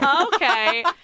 Okay